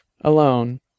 alone